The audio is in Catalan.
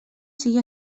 sigui